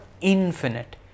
infinite